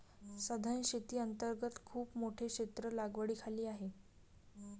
सधन शेती अंतर्गत खूप मोठे क्षेत्र लागवडीखाली आहे